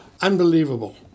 unbelievable